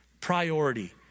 priority